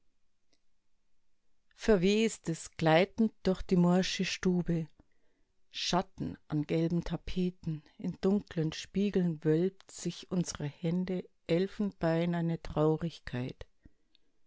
verwestes gleitend durch die morsche stube schatten an gelben tapeten in dunklen spiegeln wölbt sich unserer hände elfenbeinerne traurigkeit